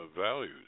values